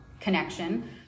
connection